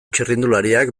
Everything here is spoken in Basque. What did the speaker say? txirrindulariak